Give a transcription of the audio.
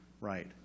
right